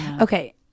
Okay